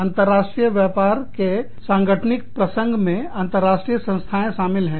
अंतरराष्ट्रीय व्यापार के सांगठनिक प्रसंग में अंतरराष्ट्रीय संस्थाएं शामिल हैं